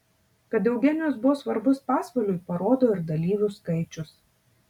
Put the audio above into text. kad eugenijus buvo svarbus pasvaliui parodo ir dalyvių skaičius